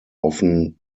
often